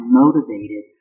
motivated